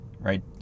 Right